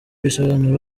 bisobanuro